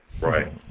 Right